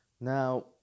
Now